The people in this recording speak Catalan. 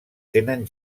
tenen